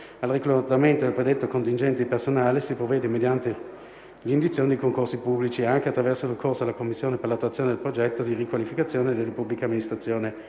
Al reclutamento del predetto contingente di personale si provvede mediante l'indizione di concorsi pubblici, anche attraverso il ricorso alla Commissione per l'attuazione del Progetto di Riqualificazione delle Pubbliche Amministrazioni